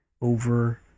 over